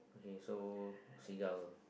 so seagull